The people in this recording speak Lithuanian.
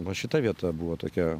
va šita vieta buvo tokia